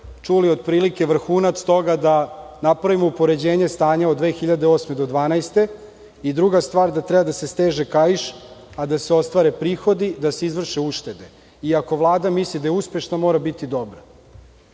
čuli otprilike vrhunac toga da napravimo upoređenje stanja od 2008. do 2012. godine i, druga stvar, da treba da se steže kaiš, a da se ostvare prihodi, da se izvrše uštede. Ako Vlada misli da je uspešna, mora biti dobra.